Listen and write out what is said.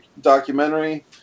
documentary